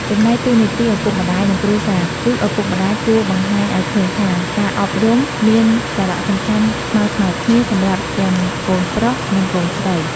ចំណែកតួនាទីឪពុកម្តាយ និងគ្រួសារគឺ ឪពុកម្តាយគួរបង្ហាញឱ្យឃើញថា ការអប់រំមានសារៈសំខាន់ស្មើៗគ្នាសម្រាប់ទាំងកូនប្រុស និងកូនស្រី។